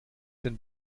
denn